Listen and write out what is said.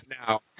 now